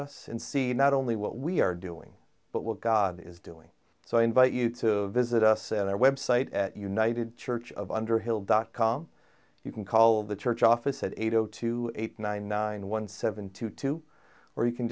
us and see not only what we are doing but will god is doing so i invite you to visit us at our website at united church of underhill dot com you can call the church office at eight o two eight nine nine one seven to two or you can